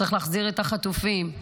צריך להחזיר את החטופים.